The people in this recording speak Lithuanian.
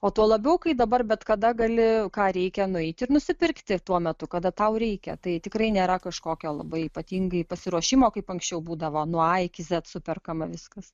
o tuo labiau kai dabar bet kada gali ką reikia nueiti ir nusipirkti tuo metu kada tau reikia tai tikrai nėra kažkokio labai ypatingai pasiruošimo kaip anksčiau būdavo nuo a iki zet superkama viskas